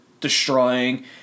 destroying